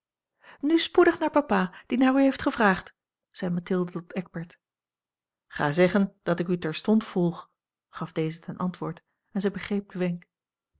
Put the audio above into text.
nu spoedig naar papa die naar u heeft gevraagd zei mathilde tot eckbert ga zeggen dat ik u terstond volg gaf deze ten antwoord en zij begreep